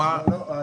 מה קורה עם